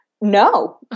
No